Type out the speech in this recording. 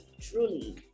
truly